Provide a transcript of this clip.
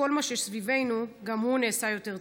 כל מה שסביבנו גם הוא נעשה יותר טוב.